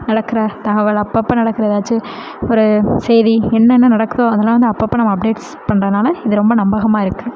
நடக்கிற தகவல் அப்பப்போ நடக்கிற ஏதாச்சும் ஒரு செய்தி என்னென்ன நடக்குதோ அதெலாம் வந்து அப்பப்போ நம்ம அப்டேட்ஸ் பண்ணுறனால இது ரொம்ப நம்பகமாக இருக்குது